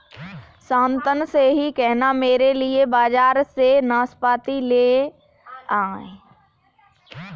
शांतनु से कहना मेरे लिए बाजार से नाशपाती ले आए